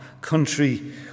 country